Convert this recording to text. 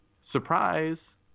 Surprise